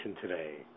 today